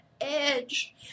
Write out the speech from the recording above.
edge